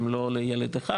אם לא לילד אחד,